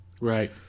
Right